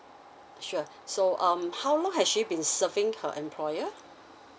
sure so um how long has she been serving her employer